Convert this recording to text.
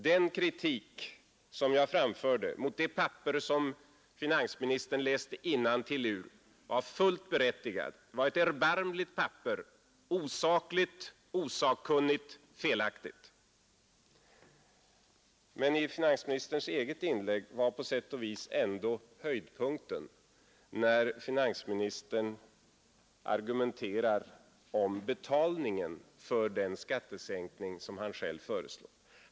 Den kritik som jag framförde mot det papper finansministern läste innantill ur var fullt berättigad. Det måste vara ett erbarmligt papper, osakligt, osakkunnigt, felaktigt. Men i finansministerns eget inlägg var på sätt och vis ändå höjdpunkten när finansministern argumenterade om betalningen för den skattesänkning som han själv föreslår.